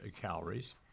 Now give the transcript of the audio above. calories